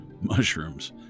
mushrooms